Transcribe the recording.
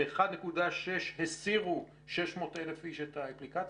שמתוך 1.6 הסירו 600 אלף איש את האפליקציה?